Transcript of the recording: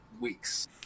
weeks